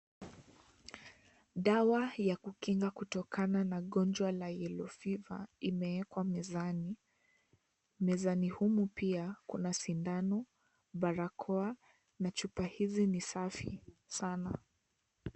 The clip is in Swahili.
Dawa ya kukinga kutokana na gonjwa la yellow fever imeekwa mezani . Mezani humu pia kuna sindano, barakoa na chupa hizi ni Safi Sana.